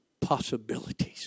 Possibilities